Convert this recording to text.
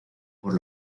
por